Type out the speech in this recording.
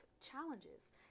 challenges